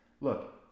look